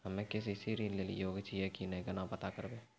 हम्मे के.सी.सी ऋण लेली योग्य छियै की नैय केना पता करबै?